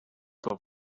for